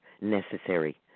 necessary